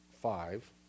five